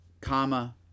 comma